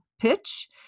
pitch